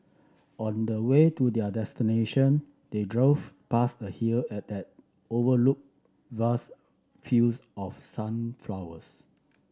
on the way to their destination they drove past a hill and that overlook vast fields of sunflowers